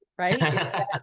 Right